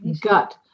gut